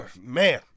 Man